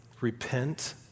repent